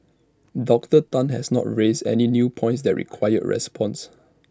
Doctor Tan has not raised any new points that require response